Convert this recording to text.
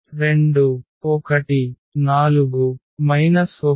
A 2 1 4 1